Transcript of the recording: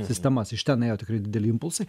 sistemas iš ten ėjo tikrai dideli impulsai